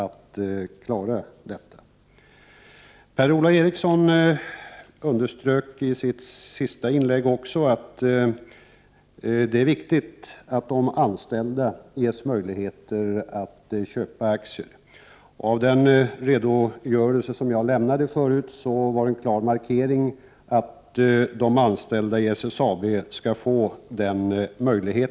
Per-Ola Eriksson underströk i sitt sista inlägg att det är riktigt att de anställda ges möjligheter att köpa aktier. I den redogörelse som jag lämnade förut fanns det en klar markering, att de anställda i SSAB skall få denna möjlighet.